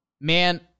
Man